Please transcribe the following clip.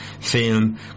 film